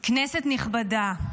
נכבדה,